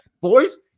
boys